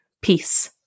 Peace